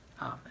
Amen